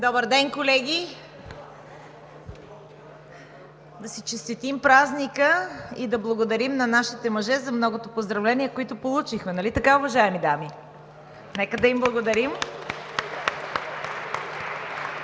Добър ден, колеги! Да си честитим празника и да благодарим на нашите мъже за многото поздравления, които получихме. Нали така, уважаеми дами? Нека да им благодарим!